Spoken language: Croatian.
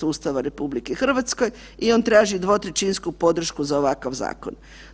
Ustava RH i on traži dvotrećinsku podršku za ovakav zakon.